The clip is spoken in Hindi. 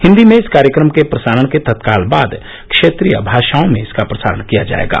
हिंदी में इस कार्यक्रम के प्रसारण के तत्काल बाद क्षेत्रीय भाषाओं में इसका प्रसारण किया जाएगा